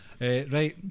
right